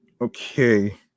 okay